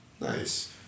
Nice